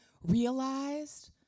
realized